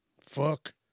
Fuck